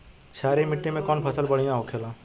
क्षारीय मिट्टी में कौन फसल बढ़ियां हो खेला?